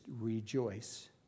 rejoice